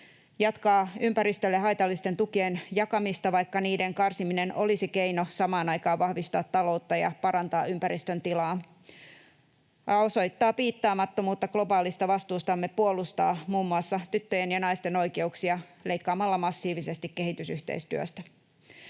jatkaa ympäristölle haitallisten tukien jakamista, vaikka niiden karsiminen olisi keino samaan aikaan vahvistaa taloutta ja parantaa ympäristön tilaa, ja osoittaa piittaamattomuutta globaalista vastuustamme puolustaa muun muassa tyttöjen ja naisten oikeuksia leikkaamalla massiivisesti kehitysyhteistyöstä.